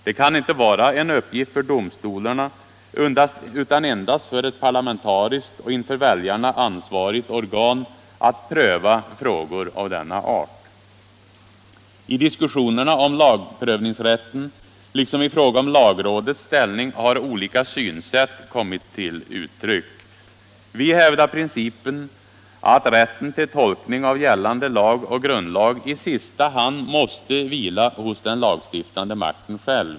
Det kan inte vara en uppgift för domstolarna utan endast för ett parlamentariskt och inför väljarna ansvarigt organ att pröva frågor av denna art. I diskussionerna om lagprövningsrätten liksom i fråga om lagrådets ställning har olika synsätt kommit till uttryck. Vi hävdar principen att rätten till tolkning av gällande lag och grundlag i sista hand måste vila hos den lagstiftande makten själv.